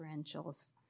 differentials